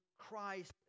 Christ